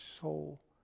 soul